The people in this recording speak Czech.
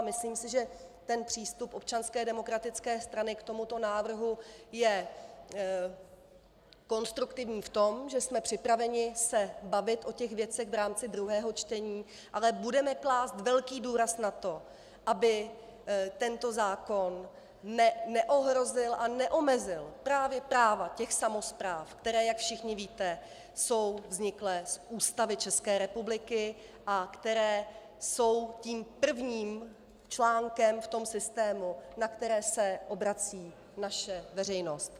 Myslím, že přístup Občanské demokratické strany k tomuto návrhu je konstruktivní v tom, že jsme připraveni se bavit o těch věcech v rámci druhého čtení, ale budeme klást velký důraz na to, aby tento zákon neohrozil a neomezil právě práva těch samospráv, které, jak všichni víte, jsou vzniklé z Ústavy České republiky a které jsou tím prvním článkem v tom systému, na které se obrací naše veřejnost.